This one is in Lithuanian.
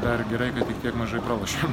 dar gerai kad tik tiek mažai pralošėm